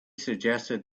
suggested